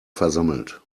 versammelt